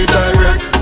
direct